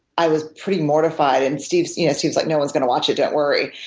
i was pretty mortified. and steve's yeah steve's like, no one's going to watch it don't worry.